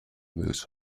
this